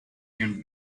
and